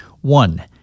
One